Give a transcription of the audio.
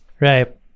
Right